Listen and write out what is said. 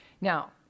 Now